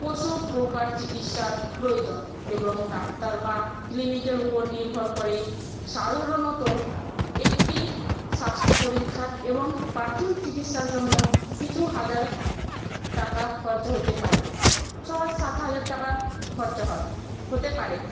প্রচুর প্রকার চিকিৎসার প্রয়োজন এবং ডাক্তার বা ক্লিনিকের উপর নির্ভর করে সাধারণত একটি স্বাস্থ্য পরীক্ষা এবং প্রাথমিক চিকিৎসার জন্য কিছু হাজার টাকা খরচা হতে পারে ছ হাজার সাত হাজার টাকা খরচা হয় হতে পারে